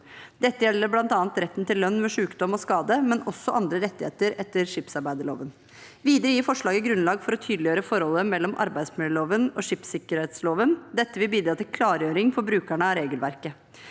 Dette gjelder bl.a. retten til lønn ved sykdom og skade, men også andre rettigheter etter skipsarbeidsloven. Videre gir forslaget grunnlag for å tydeliggjøre forholdet mellom arbeidsmiljøloven og skipssikkerhetsloven. Dette vil bidra til klargjøring for brukerne av regelverket.